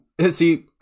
see